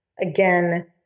again